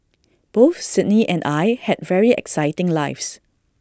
both Sydney and I had very exciting lives